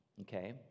Okay